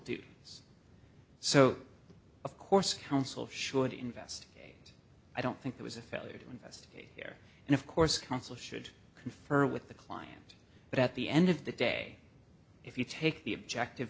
duty so of course counsel should investigate i don't think it was a failure to investigate here and of course counsel should confer with the client but at the end of the day if you take the objective